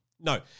No